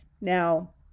Now